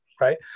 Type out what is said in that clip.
right